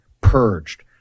purged